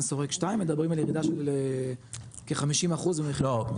שורק 2 מדברים על ירידה של כ-50% ממחיר -- לא,